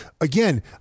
again